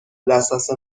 دسترس